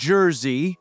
Jersey